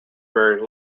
very